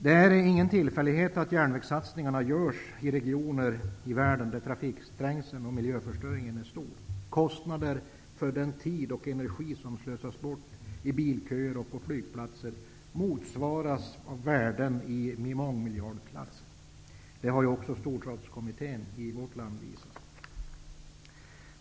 Det är ingen tillfällighet att satsningar på järnvägen görs i regioner i världen där trafikträngseln och miljöförstöringen är stor. Kostnaderna för den tid och den energi som slösas bort i bilköer och på flygplatser motsvaras av värden i mångmiljardklassen. Detta har även Storstadskommittén i vårt land visat.